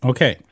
Okay